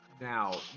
Now